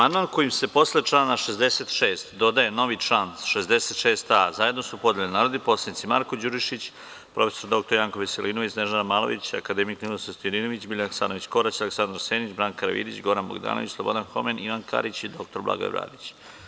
Amandmana kojim se posle člana 66. dodaje novi član 66a zajedno su podneli narodni poslanici Marko Đurišić, prof. dr Janko Veselinović, Snežana Malović, akademik Ninoslav Stojadinović, Biljana Hasanović Korać, Aleksandar Senić, Branka Karavidić, Goran Bogdanović, Slobodan Homen, Ivan Karić i dr Blagoje Bradić.